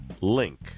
Link